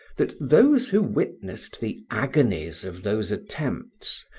that those who witnessed the agonies of those attempts,